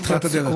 מתחילת הדרך,